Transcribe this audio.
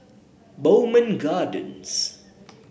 Bowmont Gardens